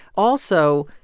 also,